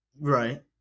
Right